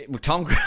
Tom